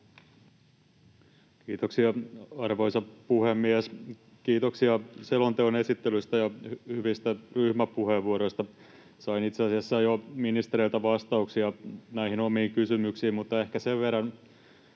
Kiitoksia, arvoisa puhemies! Kiitoksia selonteon esittelystä ja hyvistä ryhmäpuheenvuoroista. Sain itse asiassa jo ministereiltä vastauksia näihin omiin kysymyksiini, mutta ehkä sen verran